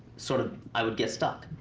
sort of i would get stuck.